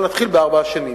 אבל נתחיל בארבע שנים.